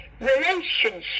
relationship